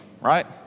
right